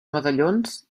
medallons